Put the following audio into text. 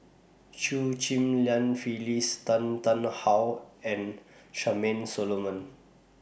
Chew Ghim Lian Phyllis Tan Tarn How and Charmaine Solomon